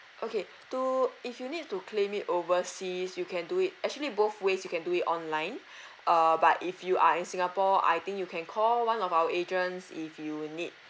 okay to if you need to claim it overseas you can do it actually both ways you can do it online uh but if you are in singapore I think you can call one of our agents if you need